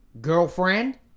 girlfriend